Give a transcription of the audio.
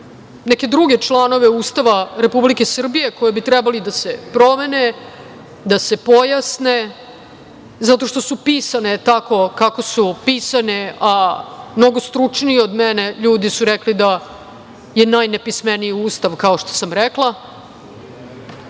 neke druge članove Ustava Republike Srbije koje bi trebalo da se promene, da se pojasne zato što su pisane tako kako su pisane, a mnogi stručniji od mene ljudi su rekli da je najnepismeniji Ustav, kao što sam rekla